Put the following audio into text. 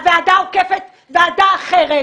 הוועדה העוקפת ועדה אחרת,